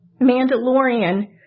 Mandalorian